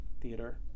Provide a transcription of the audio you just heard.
Theater